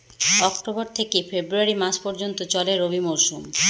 October থেকে February মাস পর্যন্ত চলে রবি মরসুম